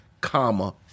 comma